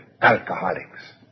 alcoholics